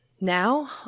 now